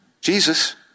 Jesus